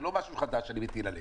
זה לא משהו חדש שאני מטיל עליהן.